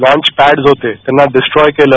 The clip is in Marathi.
लाँच पॅड होते त्यांना डिस्ट्रॉय केले